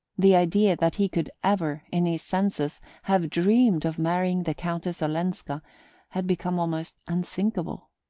the idea that he could ever, in his senses, have dreamed of marrying the countess olenska had become almost unthinkable,